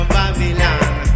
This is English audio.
Babylon